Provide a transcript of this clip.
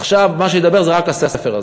עכשיו מה שידבר זה רק הספר הזה.